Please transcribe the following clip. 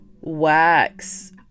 Wax